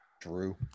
Drew